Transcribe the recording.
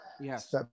yes